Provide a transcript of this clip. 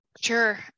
Sure